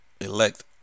elect